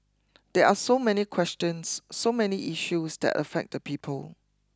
there are so many questions so many issues that affect the people